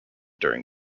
during